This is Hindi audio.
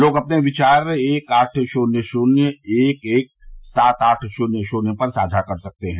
लोग अपने विचार एक आठ शून्य शून्य एक एक सात आठ शून्य शून्य पर साझा कर सकते हैं